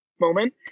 moment